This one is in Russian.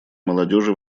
молодежи